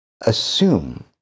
assume